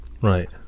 Right